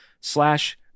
slash